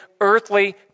earthly